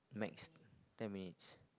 max ten minutes